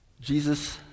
Jesus